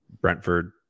Brentford